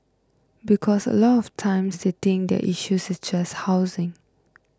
because a lot of times they think their issue is just housing